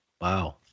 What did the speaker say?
Wow